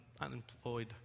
unemployed